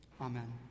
Amen